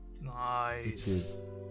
Nice